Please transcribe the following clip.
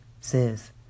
says